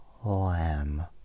Lamb